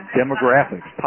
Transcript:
demographics